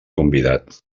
convidat